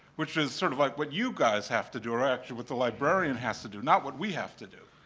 which is sort of like what you guys have to do or actually what the librarian has to do, not what we have to do.